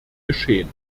geschehen